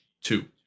two